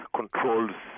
controls